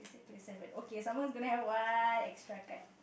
six with seven okay someone gonna have one extra card